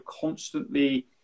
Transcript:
constantly